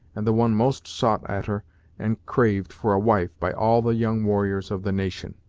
and the one most sought a'ter and craved for a wife by all the young warriors of the nation.